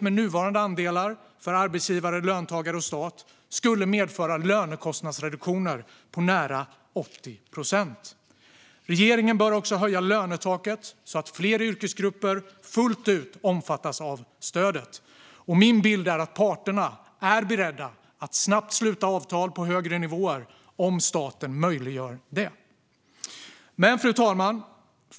Med nuvarande andelar för arbetsgivare, löntagare och stat skulle det medföra lönekostnadsreduktioner på nära 80 procent. Regeringen bör också höja lönetaket så att fler yrkesgrupper omfattas fullt ut av stödet. Min bild är att parterna är beredda att snabbt sluta avtal på högre nivåer, om staten möjliggör det. Fru talman!